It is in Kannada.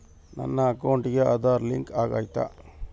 ನನ್ನ ಅಕೌಂಟಿಗೆ ಆಧಾರ್ ಲಿಂಕ್ ಆಗೈತಾ?